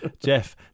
Jeff